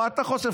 מה אתה חושב,